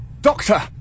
Doctor